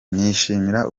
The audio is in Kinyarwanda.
nishimira